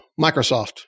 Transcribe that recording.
Microsoft